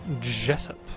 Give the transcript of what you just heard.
Jessup